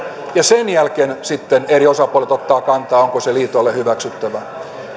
ja sen jälkeen sitten eri osapuolet ottavat kantaa onko se liitoille hyväksyttävää